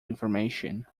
information